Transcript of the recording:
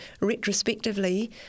retrospectively